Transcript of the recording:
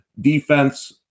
defense